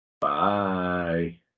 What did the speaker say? Bye